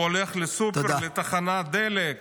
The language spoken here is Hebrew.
הוא הולך לסופר, לתחנת דלק,